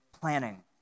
planning